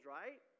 right